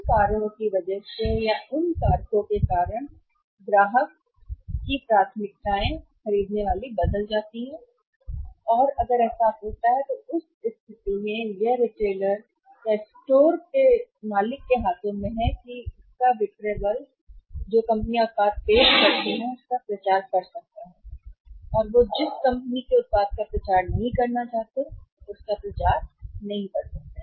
इसलिए उन कारणों की वजह से उन कारकों के कारण ग्राहक प्राथमिकताएं खरीदते हैं बदल गया है और अगर ऐसा होता है तो उस स्थिति में यह रिटेलर या स्टोर के हाथों में है मालिक या उसका विक्रय बल जो कंपनियां उत्पाद पेश करती हैं वे प्रचार कर सकते हैं और जो कंपनी का उत्पाद वे प्रचार नहीं करना चाहते हैं या वे प्रचार नहीं कर सकते हैं